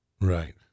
Right